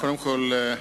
קודם כול,